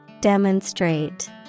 Demonstrate